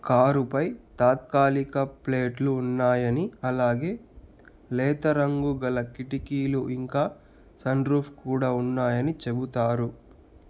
కారుపై తాత్కాలిక ప్లేట్లు ఉన్నాయని అలాగే లేత రంగు గల కిటికీలు ఇంకా సన్రూఫ్ కూడా ఉన్నాయని చెబుతారు